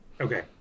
Okay